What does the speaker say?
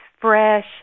fresh